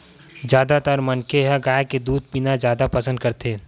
जादातर मनखे ह गाय के दूद पीना जादा पसंद करथे